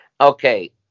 Okay